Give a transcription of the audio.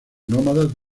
nómadas